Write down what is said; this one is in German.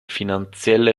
finanzielle